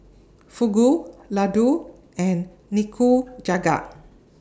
Fugu Ladoo and Nikujaga